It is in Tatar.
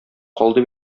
калды